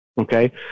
Okay